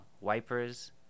wipers